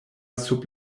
sub